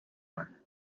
one